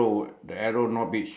two man pushing the